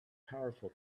powerful